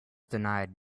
denied